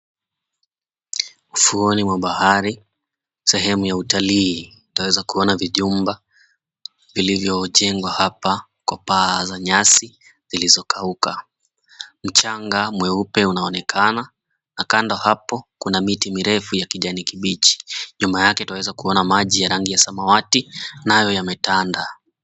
Ufuoni mwa bahari sehemu ya utalii. Twaweza kuona vijumba vilivyojengwa hapa kwa paa za nyasi zilizokauka. Mchanga mweupe unaonekana na kando hapo kuna miti mirefu ya kijani kibichi. Nyuma yake twaweza kuona maji ya rangi ya samawati, nayo yametanda.